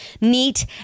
neat